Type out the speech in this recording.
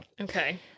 Okay